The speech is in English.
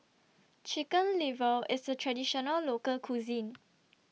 Chicken Liver IS A Traditional Local Cuisine